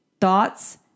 Thoughts